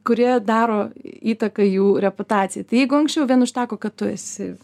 kurie daro įtaką jų reputacijai jeigu anksčiau vien užteko kad tu esi